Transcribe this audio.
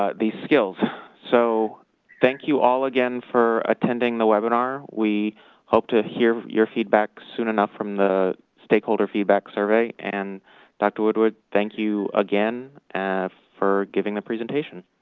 ah skills. so thank you all again for attending the webinar. we hope to hear your feedback soon enough from the stakeholder feedback survey. and dr. woodward, thank you again and for giving the presentation.